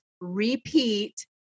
repeat